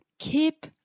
Keep